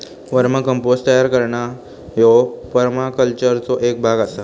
वर्म compost तयार करणा ह्यो परमाकल्चरचो एक भाग आसा